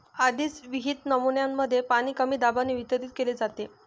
आधीच विहित नमुन्यांमध्ये पाणी कमी दाबाने वितरित केले जाते